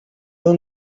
you